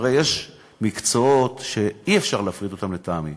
הרי יש מקצועות שאי-אפשר להפריט, לטעמי,